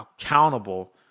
accountable